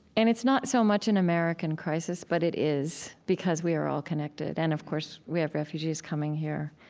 and it's not so much an american crisis, but it is, because we are all connected. and of course, we have refugees coming here.